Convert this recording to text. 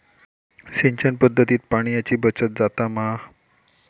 सिंचन पध्दतीत पाणयाची बचत जाता मा?